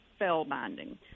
spellbinding